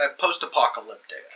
Post-apocalyptic